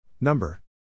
Number